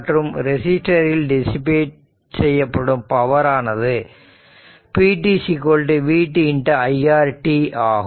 மற்றும் ரெசிஸ்டர் இல் டிசிபேட் செய்யப்படும் பவர் ஆனது pt vt iR ஆகும்